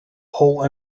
whole